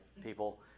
people